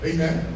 Amen